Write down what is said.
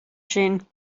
sin